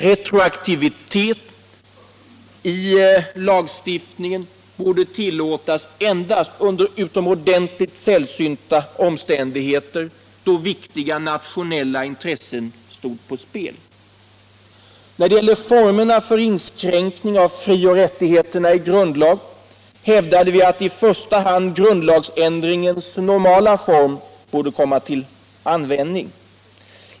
Retroaktivitet i lagstiftningen borde tillåtas endast under utomordentligt sällsynta omständigheter, då viktiga nationella intressen stod på spel. När det gällde formerna för inskränkning av frioch rättigheterna i grundlagen hävdade vi att i första hand grundlagsändringens normala form borde komma till användning.